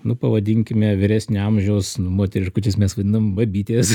nu pavadinkime vyresnio amžiaus nu moteriškutės mes vadinam babytės